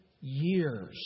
years